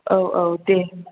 औ औ दे